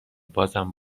بازم